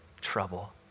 trouble